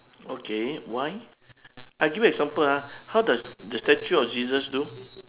okay why I give you example ah how does the statue of jesus do